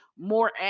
more